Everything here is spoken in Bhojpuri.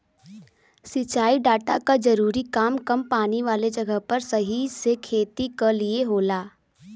सिंचाई डाटा क जरूरी काम कम पानी वाले जगह पर सही से खेती क लिए होला